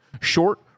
Short